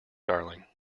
darling